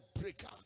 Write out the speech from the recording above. breaker